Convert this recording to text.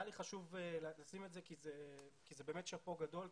היה לי חשוב לשים את זה כי זה באמת שאפו גדול,